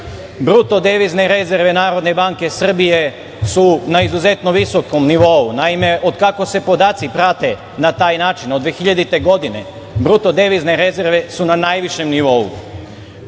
bruto devizne rezerve Narodne banke Srbije su na izuzetno visokom nivou. Naime, od kako se podaci prate na taj način, od 2000. godine, bruto devizne rezerve su na najvišem nivou. Javni